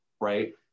right